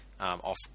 off